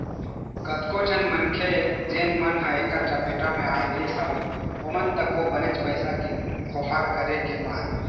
कतको झन मनखे जेन मन ह ऐखर सपेटा म आय रिहिस हवय ओमन तको बनेच पइसा के खोहार करे के बाद